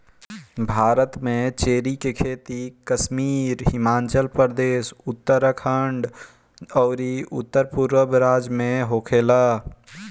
भारत में चेरी के खेती कश्मीर, हिमाचल प्रदेश, उत्तरखंड अउरी उत्तरपूरब राज्य में होखेला